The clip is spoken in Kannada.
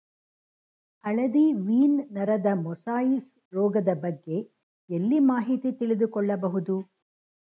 ಹಳದಿ ವೀನ್ ನರದ ಮೊಸಾಯಿಸ್ ರೋಗದ ಬಗ್ಗೆ ಎಲ್ಲಿ ಮಾಹಿತಿ ತಿಳಿದು ಕೊಳ್ಳಬಹುದು?